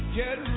get